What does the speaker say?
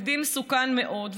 תקדים מסוכן מאוד.